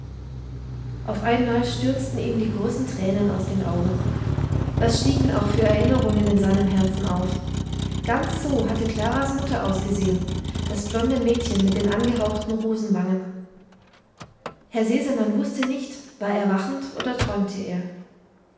auf einmal stürzten ihm die großen tränen aus den augen was stiegen auch für erinnerungen in seinem herzen auf ganz so hatte klaras mutter ausgesehen das blonde mädchen mit den angehauchten rosenwangen herr sesemann wußte nicht war er wachend oder träumte er